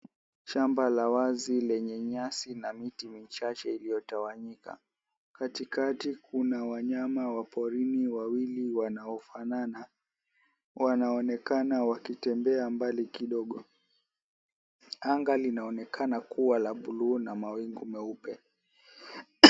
Shamba la wazi lenye nyasi na miti michache iliotawanyika. Katikati kuna wanyama wa porini wawili wanaofanana wanaonekana wakitembea mbali kidogo. Anga linaonekana kuwa la buluu na mawingu meupe.